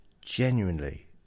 Genuinely